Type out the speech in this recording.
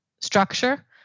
structure